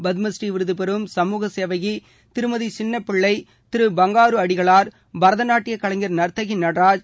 பத்மபுநீ விருதுபெறும் சமூக சேவகி திருமதி சின்னப்பிள்ளை திருபங்காரு அடிகளார் பரதநாட்டிய கலைஞர் நர்த்தகி நடராஜ்